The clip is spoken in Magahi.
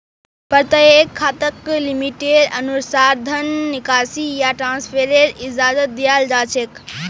प्रत्येक खाताक लिमिटेर अनुसा र धन निकासी या ट्रान्स्फरेर इजाजत दीयाल जा छेक